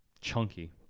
chunky